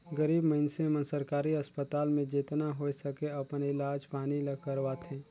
गरीब मइनसे मन सरकारी अस्पताल में जेतना होए सके अपन इलाज पानी ल करवाथें